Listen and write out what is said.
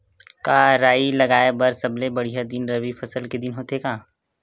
का राई लगाय बर सबले बढ़िया दिन रबी फसल के दिन होथे का?